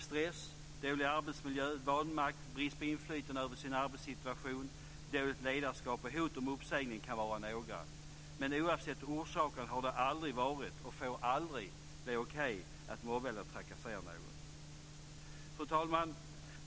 Stress, dålig arbetsmiljö, vanmakt, brist på inflytande över sin arbetssituation, dåligt ledarskap och hot om uppsägning kan vara några. Men oavsett orsakerna har det aldrig varit och får aldrig bli okej att mobba eller trakassera någon. Fru talman!